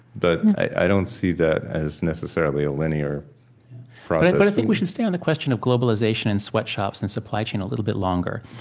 but i don't see that as necessarily a linear process but i think we should stay on the question of globalization and sweatshops and supply chain a little bit longer.